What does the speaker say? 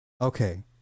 Okay